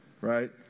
Right